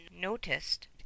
noticed